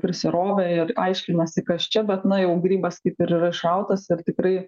prisirovė ir aiškinasi kas čia bet na jau grybas kaip ir yra išrautas ir tikrai